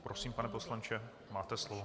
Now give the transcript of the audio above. Prosím, pane poslanče, máte slovo.